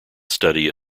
study